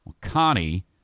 Connie